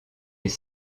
les